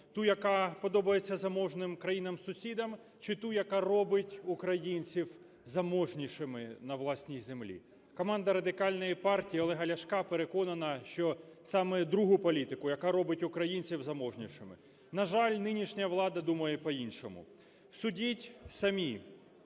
Ту, яка подобається заможним країнам-сусідам, чи ту, яка робить українців заможнішими на власній землі? Команда Радикальної партії Олега Ляшка переконана, що саме другу політику, яка робиться українців заможнішими. На жаль, нинішня влада думає по-іншому. Судіть самі.